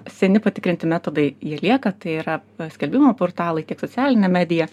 seni patikrinti metodai jie lieka tai yra skelbimų portalai tiek socialinė medija